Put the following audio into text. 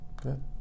Good